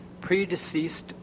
predeceased